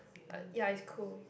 but ya it's cool